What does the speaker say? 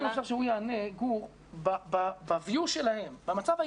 רק אם אפשר שגור יענה מה המבט שלהם על הסוגיה,